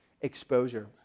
exposure